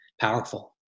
powerful